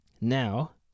Now